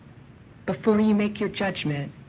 before you make your judgment,